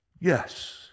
yes